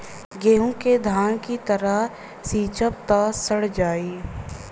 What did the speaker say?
गेंहू के धान की तरह सींचब त सड़ जाई